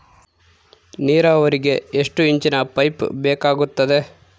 ನೇರಾವರಿಗೆ ಎಷ್ಟು ಇಂಚಿನ ಪೈಪ್ ಬೇಕಾಗುತ್ತದೆ?